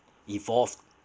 evolved